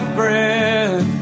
breath